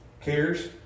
cares